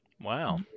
Wow